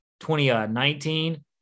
2019